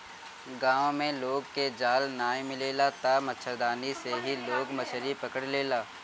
गांव में लोग के जाल नाइ मिलेला तअ मछरदानी से ही लोग मछरी पकड़ लेला